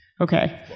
Okay